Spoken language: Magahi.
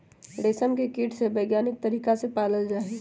रेशम के कीट के वैज्ञानिक तरीका से पाला जाहई